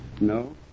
No